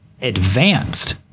advanced